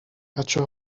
بچه